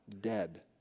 dead